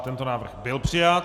Tento návrh byl přijat.